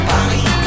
Paris